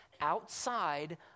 outside